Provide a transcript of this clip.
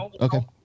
Okay